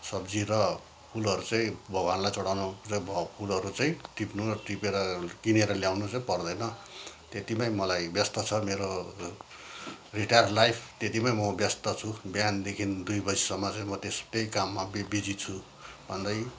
सब्जी र फुलहरू चाहिँ भगवानलाई चढाउनु र भयो फुलहरू चाहिँ टिप्नु टिपेर किनेर ल्याउनु चाहिँ पर्दैन त्यतिमै मलाई व्यस्त छ मेरो रिटायर्ड लाइफ त्यतिमै म व्यस्त छु बिहानदेखिन् दुई बजेसम्म चाहिँ म त्यस्तै काममा बि बिजी छु भन्दै